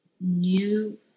new